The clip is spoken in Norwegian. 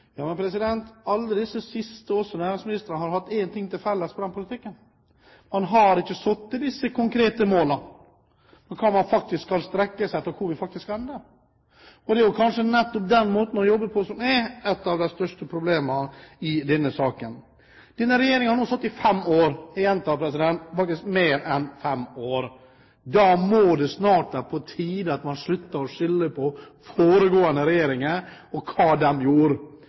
Ja, men alle disse års næringsministre har hatt én ting felles når det gjelder den politikken: Man har ikke satt disse konkrete målene om hva man faktisk skal strekke seg etter og hvor vi faktisk ender, og det er kanskje nettopp den måten å jobbe på som er et av de største problemene i denne saken. Denne regjeringen har nå sittet i fem år. Jeg gjentar: faktisk mer enn fem år. Da må det snart være på tide at man slutter å skylde på foregående regjeringer og hva de gjorde.